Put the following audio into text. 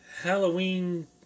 Halloween